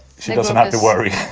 she doesn't have to worry,